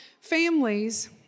families